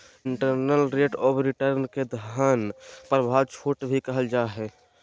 internal rate of return के धन प्रवाह छूट दर भी कहल जा हय